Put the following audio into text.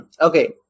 okay